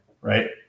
right